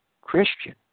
Christian